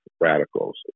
radicals